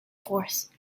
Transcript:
force